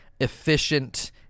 efficient